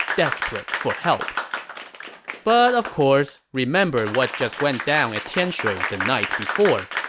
desperate for help but of course, remember what just went down at tianshui the night before,